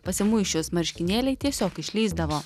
pasimuisčius marškinėliai tiesiog išlįsdavo